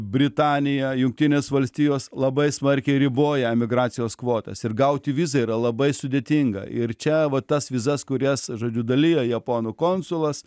britanija jungtinės valstijos labai smarkiai riboja emigracijos kvotas ir gauti vizą yra labai sudėtinga ir čia va tas vizas kurias žodžiu dalijo japonų konsulas